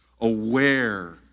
aware